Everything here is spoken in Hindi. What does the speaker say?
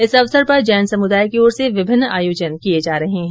इस अवसर पर जैन समुदाय की ओर से विभिन्न आयोजन किये जा रहे हैं